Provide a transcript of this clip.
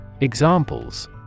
Examples